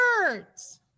words